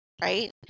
right